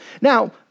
Now